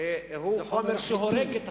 זה חומר חיטוי.